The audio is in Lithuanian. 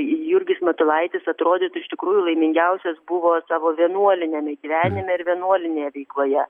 jurgis matulaitis atrodytų iš tikrųjų laimingiausias buvo savo vienuoliniame gyvenime ir vienuolinėje veikloje